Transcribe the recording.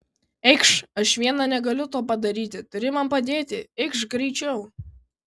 eikš aš viena negaliu to padaryti turi man padėti eikš greičiau